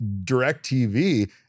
DirecTV